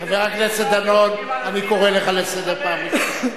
חבר הכנסת דנון, אני קורא אותך לסדר פעם ראשונה.